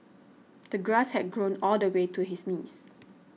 the grass had grown all the way to his knees